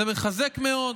זה מחזק מאוד.